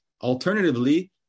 Alternatively